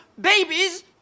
babies